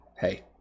hey